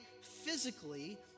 physically